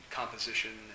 composition